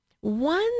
one